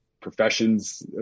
professions